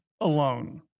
alone